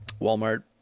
Walmart